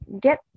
get